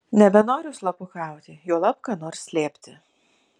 nebenoriu slapukauti juolab ką nors slėpti